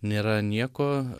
nėra nieko